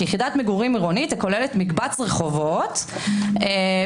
כ"יחידת מגורים עירונית הכוללת מקבץ רחובות --- ובהיקף